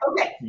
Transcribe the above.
Okay